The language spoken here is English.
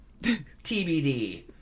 TBD